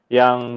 yang